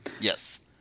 Yes